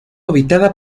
habitada